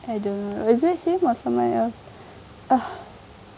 I don't know was it him or someone else ugh